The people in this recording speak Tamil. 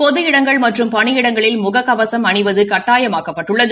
பொது இடங்கள் மற்றும் பணி இடங்களில் முககவசம் அணிவது கட்டாயமாக்கப்பட்டுள்ளது